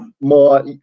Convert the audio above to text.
more